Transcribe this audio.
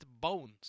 Bones